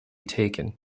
taken